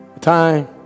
time